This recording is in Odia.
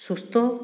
ସୁସ୍ଥ